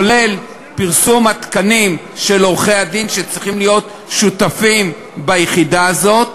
כולל פרסום התקנים של עורכי-הדין שצריכים להיות שותפים ביחידה הזאת,